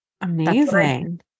Amazing